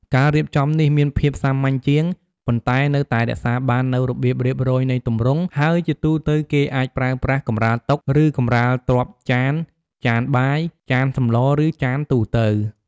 ការរៀបចំនេះមានភាពសាមញ្ញជាង ប៉ុន្តែនៅតែរក្សាបាននូវរបៀបរៀបរយនៃទម្រង់ ហើយជាទូទៅគេអាចប្រើប្រាស់ កម្រាលតុ ឬកម្រាលទ្រាប់ចាន ចានបាយ ចានសម្ល ឬចានទូទៅ។